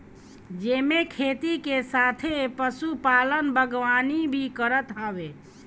जेमे खेती के साथे पशुपालन, बागवानी भी करत हवे